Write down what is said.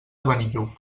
benillup